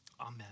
Amen